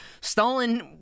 Stalin